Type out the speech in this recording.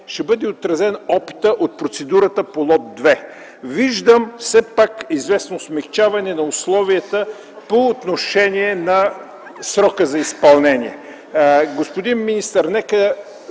ще бъде отразен опитът от процедурата по лот 2? Виждам все пак известно смекчаване на условията по отношение на срока за изпълнение.